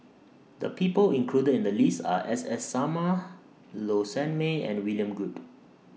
The People included in The list Are S S Sarma Low Sanmay and William Goode